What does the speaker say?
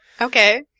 Okay